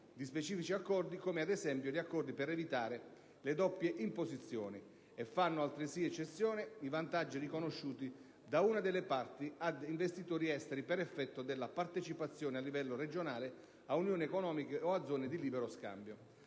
di specifici accordi, come ad esempio gli accordi per evitare le doppie imposizioni, e fanno altresì eccezione i vantaggi riconosciuti da una delle parti ad investitori esteri per effetto della partecipazione a livello regionale a unioni economiche o a zone di libero scambio.